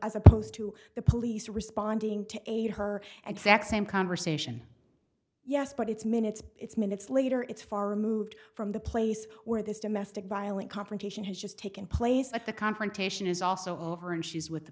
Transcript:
as opposed to the police responding to aid her exact same conversation yes but it's minutes it's minutes later it's far removed from the place where this domestic violent confrontation has just taken place at the confrontation is also over and she's with the